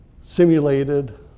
simulated